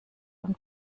und